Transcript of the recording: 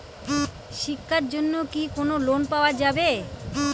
শিক্ষার জন্যে কি কোনো লোন পাওয়া যাবে?